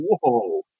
whoa